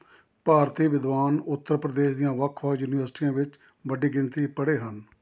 ਭਾਰਤੀ ਵਿਦਵਾਨ ਉੱਤਰ ਪ੍ਰਦੇਸ਼ ਦੀਆਂ ਵੱਖ ਵੱਖ ਯੂਨੀਵਰਸਿਟੀਆਂ ਵਿੱਚ ਵੱਡੀ ਗਿਣਤੀ ਪੜ੍ਹੇ ਹਨ